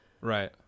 Right